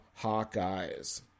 Hawkeyes